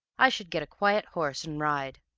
i should get a quiet horse and ride.